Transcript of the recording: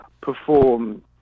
perform